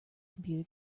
computer